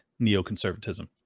neoconservatism